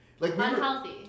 Unhealthy